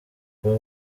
kuba